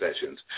sessions